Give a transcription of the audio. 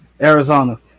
Arizona